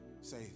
Say